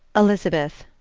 elizabeth,